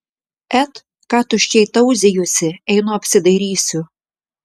et ką tuščiai tauzijusi einu apsidairysiu